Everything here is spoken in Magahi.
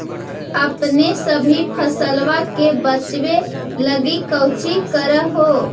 अपने सभी फसलबा के बच्बे लगी कौची कर हो?